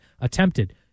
attempted